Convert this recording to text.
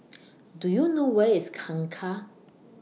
Do YOU know Where IS Kangkar